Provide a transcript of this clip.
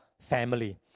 family